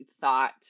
thought